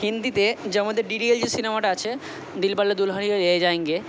হিন্দিতে যে আমাদের ডি ডি এল জি সিনেমাটা আছে দিলবালে দুলহানিয়া লে যায়েঙ্গে